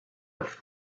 have